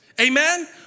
Amen